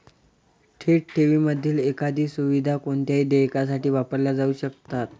थेट ठेवींमधील एकाधिक सुविधा कोणत्याही देयकासाठी वापरल्या जाऊ शकतात